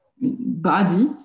body